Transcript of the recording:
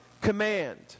command